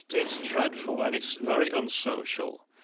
it's dreadful and it's very unsocial,